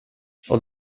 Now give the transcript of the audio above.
och